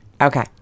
Okay